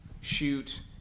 shoot